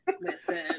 Listen